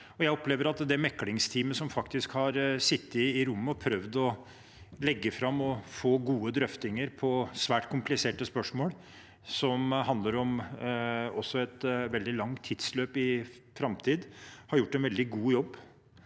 Jeg opplever at det meklingsteamet som faktisk har sittet i rommet og prøvd å legge opp til å få gode drøftinger på svært kompliserte spørsmål, som handler om et veldig langt tidsløp inn i framtiden, har gjort en veldig god og